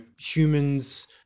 humans